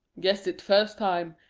guessed it first time.